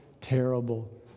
terrible